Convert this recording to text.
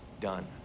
done